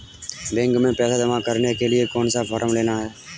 Bank में पैसा जमा करने के लिए कौन सा फॉर्म लेना है?